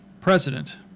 president